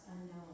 unknown